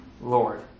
Lord